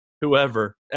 whoever